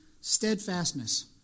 steadfastness